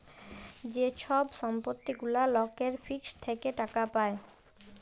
যে ছব সম্পত্তি গুলা লকের ফিক্সড থ্যাকে টাকা পায়